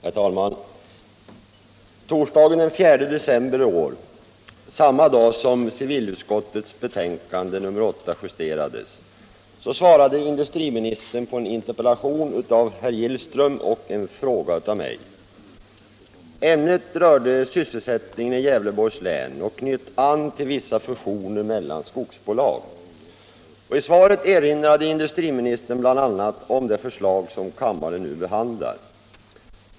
Herr talman! Torsdagen den 4 december i år, samma dag som civilutskottets betänkande nr 8 justerades, svarade industriministern på en interpellation av herr Gillström och en fråga av mig. Ämnet rörde sysselsättningen i Gävleborgs län och knöt an till vissa fusioner mellan skogsbolag. I svaret erinrade industriministern bl.a. om det förslag som kammaren nu behandlar.